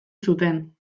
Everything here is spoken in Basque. zuten